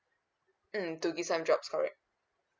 mm to give some jobs correct